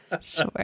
Sure